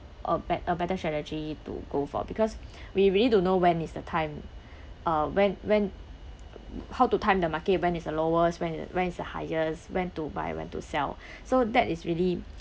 a bet~ a better strategy to go for because we really don't know when is the time uh when when how to time the market when is lowest when when is the highest when to buy when to sell so that is really